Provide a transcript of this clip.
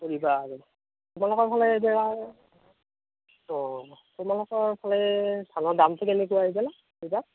কি কৰিবা আৰু তোমালোকৰ ফালে এতিয়া অ তোমালোকৰ ফালে